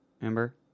remember